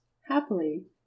happily